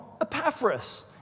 Epaphras